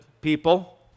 people